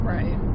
Right